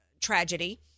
tragedy